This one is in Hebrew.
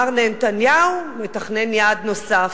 מר נהנתניהו מתכנן יעד נוסף,